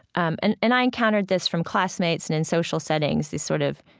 um and and i encountered this from classmates and in social settings, these sort of,